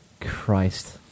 Christ